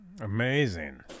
Amazing